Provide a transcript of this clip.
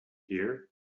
here